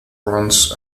runs